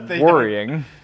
worrying